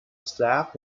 staff